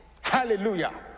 Hallelujah